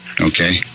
Okay